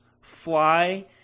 fly